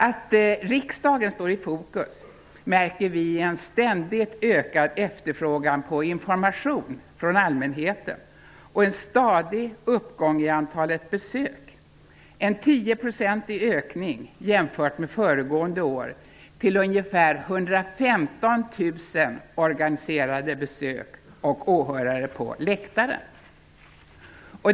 Att riksdagen står i fokus märker vi i en ständigt ökad efterfrågan på information från allmänheten och på en stadig uppgång i antalet besök, en tioprocentig ökning jämfört med föregående år till ungefär 115 000 organiserade besök och åhörare på läktaren.